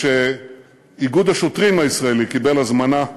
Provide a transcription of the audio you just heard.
שאיגוד השוטרים הישראלי קיבל הזמנה מסין,